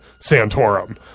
Santorum